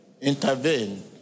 Intervene